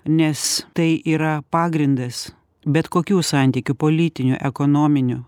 nes tai yra pagrindas bet kokių santykių politinių ekonominių